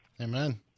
Amen